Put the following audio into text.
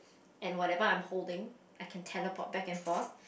and whatever I'm holding I can teleport back and forth